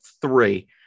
three